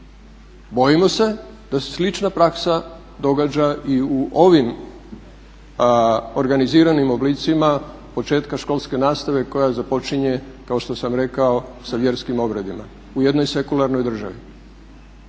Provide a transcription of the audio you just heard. bojimo se da se slična praksa događa i u ovim organiziranim oblicima početka školske nastave koja započinje kao što sam rekao sa vjerskim obredima, u jednoj sekularnoj državi.